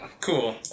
Cool